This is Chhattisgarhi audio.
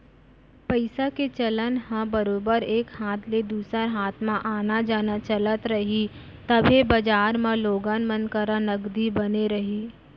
पइसा के चलन ह बरोबर एक हाथ ले दूसर हाथ म आना जाना चलत रही तभे बजार म लोगन मन करा नगदी बने रही